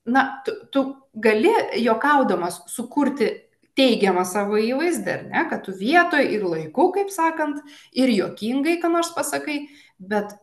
na tu tu gali juokaudamas sukurti teigiamą savo įvaizdį ar ne kad tu vietoj ir laiku kaip sakant ir juokingai ką nors pasakai bet